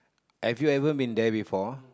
have you ever been there before